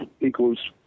equals